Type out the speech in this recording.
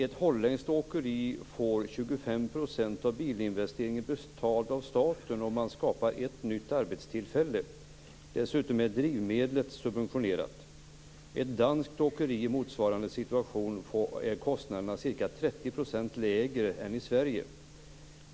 Ett holländskt åkeri får 25 % av bilinvesteringen betald av staten om man skapar ett nytt arbetstillfälle. Dessutom är drivmedlet subventionerat. För ett danskt åkeri i motsvarande situation är kostnaderna ca 30 % lägre än i Sverige.